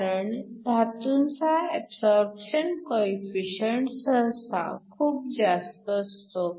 कारण धातूंचा absorption coefficient सहसा खूप जास्त असतो